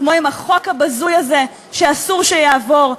כמו עם החוק הבזוי הזה שאסור שיעבור,